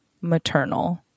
maternal